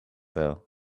though